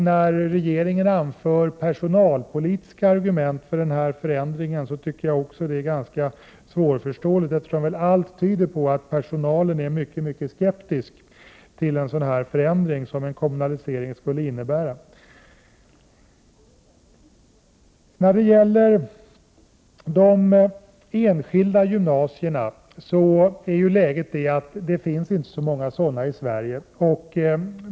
När regeringen anför personalpolitiska argument för den förändringen tycker jag också att det är ganska svårförståeligt. Allt tyder på att personalen är mycket skeptisk till en sådan förändring som en kommunalisering skulle innebära. När det gäller de enskilda gymnasierna är läget det att det inte finns så många sådana i Sverige.